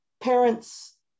parents